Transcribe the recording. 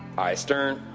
aye, stern.